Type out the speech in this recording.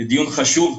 זה דיון חשוב.